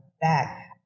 back